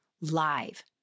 live